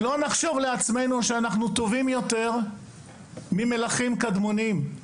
שלא נחשוב לעצמנו שאנחנו טובים יותר ממלכים קדמוניים.